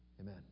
Amen